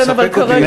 וזה מספק אותי.